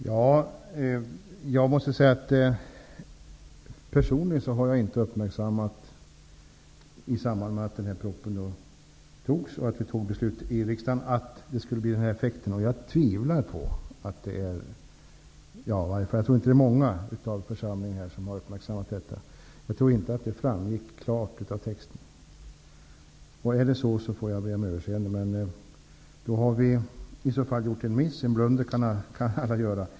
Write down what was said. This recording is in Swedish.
Herr talman! Personligen uppmärksammade jag inte i samband med att den här propositionen antogs här i riksdagen att den skulle få den här effekten. Jag tror heller inte att det är många i den här församlingen som har uppmärksammat detta. Jag tror inte att det framgick klart av texten. Om så är fallet får jag be om överseende. I så fall har vi gjort en miss -- en blunder kan alla göra.